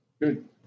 Good